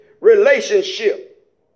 relationship